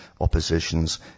oppositions